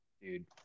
Dude